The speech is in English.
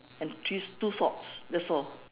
and three two socks that's all